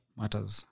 matters